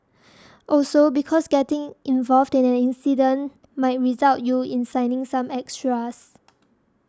also because getting involved in an incident might result you in signing some extras